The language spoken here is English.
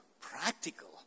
practical